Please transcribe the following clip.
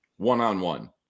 One-on-one